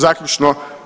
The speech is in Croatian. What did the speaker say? Zaključno.